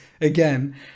again